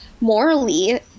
morally